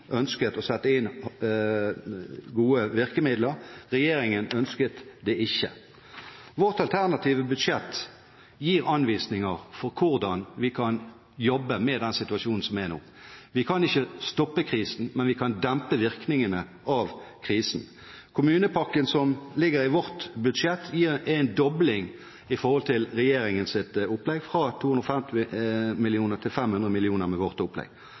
ønsket å sette inn gode virkemidler. Regjeringen ønsket det ikke. Vårt alternative budsjett gir anvisninger for hvordan vi kan jobbe med den situasjonen som er nå. Vi kan ikke stoppe krisen, men vi kan dempe virkningene av krisen. Kommunepakken som ligger i vårt budsjett, gir en dobling i forhold til regjeringens opplegg, fra 250 mill. kr til 500 mill. kr med vårt opplegg.